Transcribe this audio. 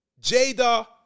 Jada